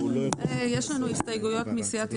יש לנו הסתייגויות מסיעת יש עתיד.